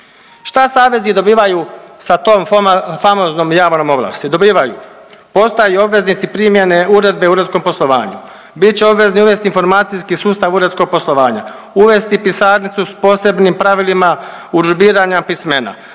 Šta savezi dobivaju sa tom .../nerazumljivo/... famoznom javnom ovlasti? Dobivaju, postaju obveznici primjene Uredbe o uredskom poslovanju, bit će obvezni uvesti informacijski sustav uredskog poslovanja, uvesti pisarnicu s posebnim pravilima urudžbiranja pismena,